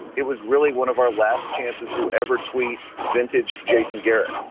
it was really one of our last chances to ever tweet vintage jason garrett.